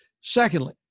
Secondly